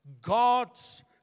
God's